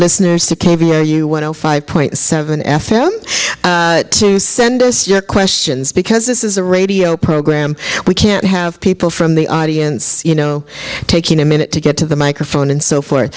listeners to cable where you want to five point seven f m to send us your questions because this is a radio program we can't have people from the audience you know taking a minute to get to the microphone and so forth